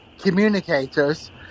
communicators